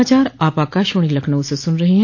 यह समाचार आप आकाशवाणी लखनऊ से सुन रहे हैं